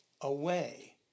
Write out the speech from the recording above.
away